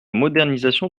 modernisation